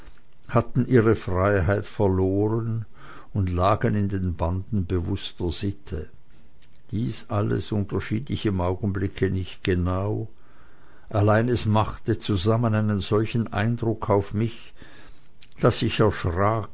hatten ihre freiheit verloren und lagen in den banden bewußter sitte dies alles unterschied ich im augenblick nicht genau allein es machte zusammen einen solchen eindruck auf mich daß ich erschrak